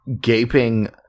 gaping